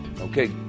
okay